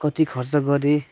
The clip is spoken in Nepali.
कति खर्च गरेँ